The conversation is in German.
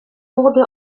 wurde